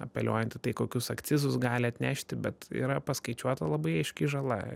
apeliuojant į tai kokius akcizus gali atnešti bet yra paskaičiuota labai aiški žala